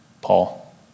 Paul